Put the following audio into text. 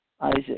Isaac